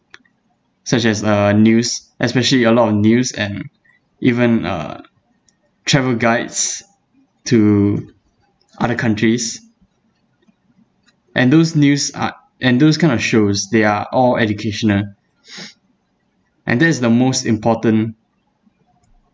such as uh news especially a lot of news and even uh travel guides to other countries and those news are and those kind of shows they are all educational and that's the most important